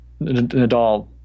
Nadal